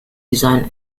design